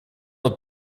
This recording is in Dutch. het